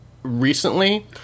Recently